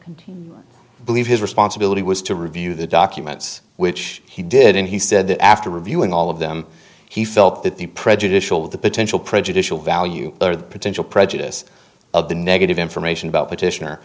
continued believe his responsibility was to review the documents which he did and he said that after reviewing all of them he felt that the prejudicial of the potential prejudicial value or the potential prejudice of the negative information about petition